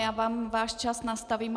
Já vám váš čas nastavím.